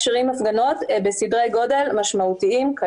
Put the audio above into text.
ההפגנות בסדרי גודל משמעותיים.